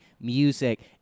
music